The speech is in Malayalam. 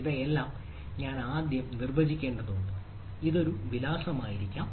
ഇവയെല്ലാം ഞാൻ ആദ്യം നിർവചിക്കേണ്ടതുണ്ട് ഇത് ഒരു വിലാസമായിരിക്കണം